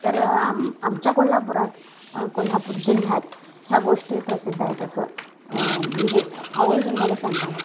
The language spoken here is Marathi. तर आम आमच्या कोल्हापुरात कोल्हापूर जिल्ह्यात ह्या गोष्टी प्रसिद्ध आहेत असं म्हणजे आवर्जून मला सांगावं वाटतं